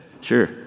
sure